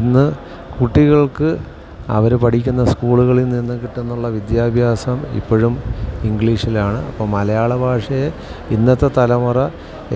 ഇന്ന് കുട്ടികൾക്ക് അവർ പഠിക്കുന്ന സ്കൂളുകളിൽ നിന്ന് കിട്ടുന്നുള്ള വിദ്യാഭ്യാസം ഇപ്പോഴും ഇംഗ്ലീഷിലാണ് അപ്പം മലയാള ഭാഷയെ ഇന്നത്തെ തലമുറ